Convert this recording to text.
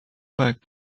back